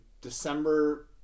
December